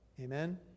Amen